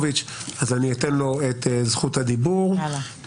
אני מתכבד לפתוח את הישיבה בנוגע לחוק המכונה החוק הנורבגי,